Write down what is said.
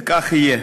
וכך יהיה.